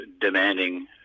demanding